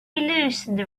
loosened